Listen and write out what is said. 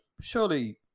surely